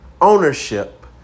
ownership